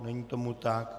Není tomu tak.